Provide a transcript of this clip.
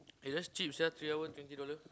eh that's cheap sia three hour twenty dollar